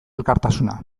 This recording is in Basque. elkartasuna